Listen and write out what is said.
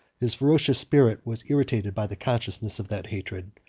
his ferocious spirit was irritated by the consciousness of that hatred,